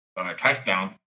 touchdown